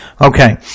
Okay